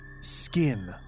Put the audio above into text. skin